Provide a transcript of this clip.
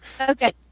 Okay